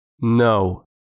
No